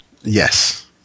Yes